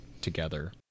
together